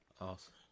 Awesome